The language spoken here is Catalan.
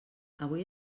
avui